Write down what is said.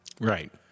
Right